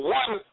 one